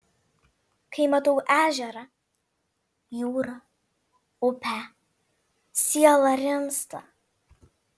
kai matau ežerą jūrą upę siela rimsta